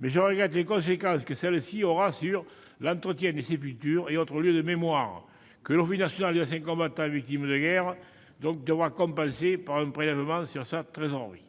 mais je regrette les conséquences qu'elle aura sur l'entretien des sépultures et autres lieux de mémoire, que l'Office national des anciens combattants et victimes de guerre devra compenser par un prélèvement sur sa trésorerie.